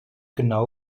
genau